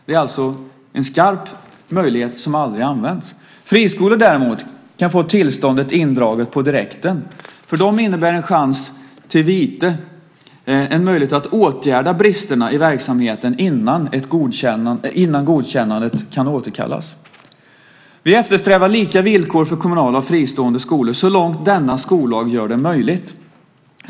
Det är alltså en skarp möjlighet som aldrig använts. Friskolor däremot kan få tillståndet indraget på direkten. För dem innebär en chans till vite en möjlighet att åtgärda bristerna i verksamheten innan godkännandet kan återkallas. Vi eftersträvar lika villkor för kommunala och fristående skolor så långt denna skollag gör det möjligt.